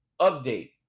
update